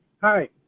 Hi